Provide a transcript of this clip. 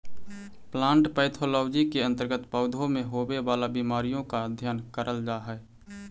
plant pathology के अंतर्गत पौधों में होवे वाला बीमारियों का अध्ययन करल जा हई